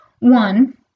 one